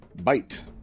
bite